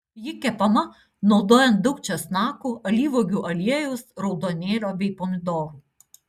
ji kepama naudojant daug česnakų alyvuogių aliejaus raudonėlio bei pomidorų